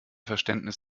verständnis